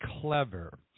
clever